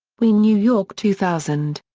wien-new york two thousand.